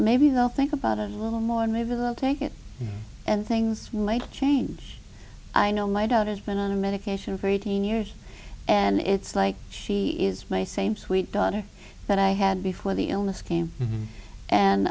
maybe they'll think about a little more and maybe they'll take it and things might change i know my daughter has been on medication for eighteen years and it's like she is my same sweet daughter that i had before the illness came and